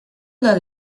del